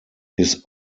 his